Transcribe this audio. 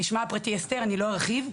שמה הפרטי אסתר, אני לא ארחיב.